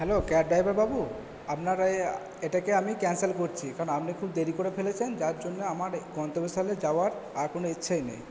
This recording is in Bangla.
হ্যালো ক্যাব ড্রাইভার বাবু আপনার ওই এটাকে আমি ক্যান্সেল করছি কারণ আপনি খুব দেরি করে ফেলেছেন যার জন্যে আমার গন্তব্য স্থলে যাওয়ার আর কোনো ইচ্ছাই নেই